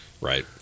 right